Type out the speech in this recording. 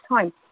time